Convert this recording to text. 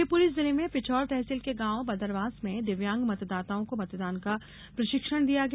शिवपुरी जिले में पिछौर तहसील के गांव बदरवास में दिव्यांग मतदाताओं को मतदान का प्रशिक्षण दिया गया